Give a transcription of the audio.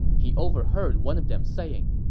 he overheard one of them saying,